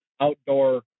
outdoor